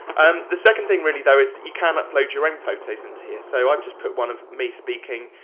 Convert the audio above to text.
um the second thing really though is that you can upload your own photos in to here. so i've just put one of me speaking,